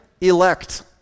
elect